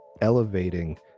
elevating